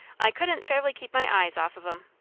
i couldn't fairly keep my eyes off of em.